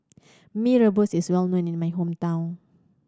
Mee Rebus is well known in my hometown